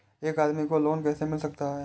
एक आदमी को लोन कैसे मिल सकता है?